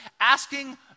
Asking